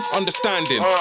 understanding